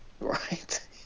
Right